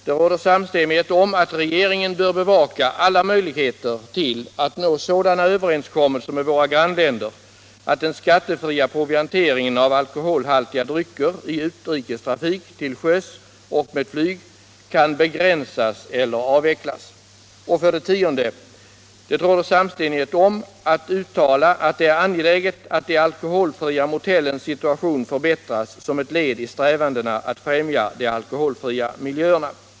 Det råder samstämmighet om att regeringen bör bevaka alla möjligheter till att nå sådana överenskommelser med våra grannländer, att den skattefria provianteringen av alkoholhaltiga drycker i utrikestrafik till sjöss och med flyg kan begränsas eller avvecklas. 10. Det råder samstämmighet om att uttala att det ”är angeläget att de alkoholfria motellens situation förbättras som ett led i strävandena att främja de alkoholfria miljöerna”.